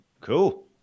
cool